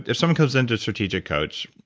if someone comes into strategic coach,